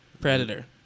Predator